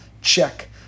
check